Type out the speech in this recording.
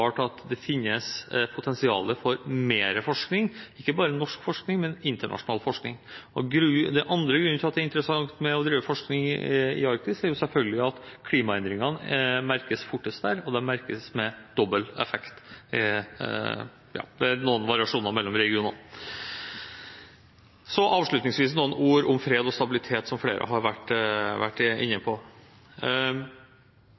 at det finnes potensial for mer forskning, ikke bare norsk forskning, men internasjonal forskning. Den andre grunnen til at det er interessant å drive forskning i Arktis, er selvfølgelig at klimaendringene merkes fortest der, og de merkes med dobbel effekt – med noen variasjoner mellom regionene. Avslutningsvis noen ord om fred og stabilitet, som flere har vært inne på.